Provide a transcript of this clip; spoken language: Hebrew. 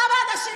כמה אנשים,